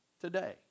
today